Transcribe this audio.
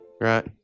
right